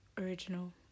original